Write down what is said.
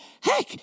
heck